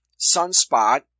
Sunspot